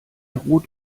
rot